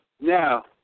now